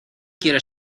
quiero